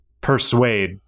persuade